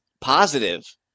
positive